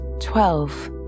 twelve